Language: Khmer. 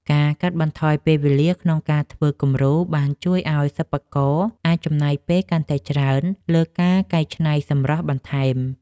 ការកាត់បន្ថយពេលវេលាក្នុងការធ្វើគំរូបានជួយឱ្យសិប្បករអាចចំណាយពេលកាន់តែច្រើនលើការកែច្នៃសម្រស់បន្ថែម។